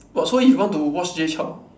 but so you want to watch Jay Chou